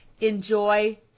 Enjoy